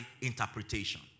interpretation